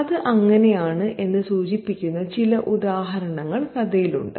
അത് അങ്ങനെയാണ് എന്ന് സൂചിപ്പിക്കുന്ന ചില ഉദാഹരണങ്ങൾ കഥയിലുണ്ട്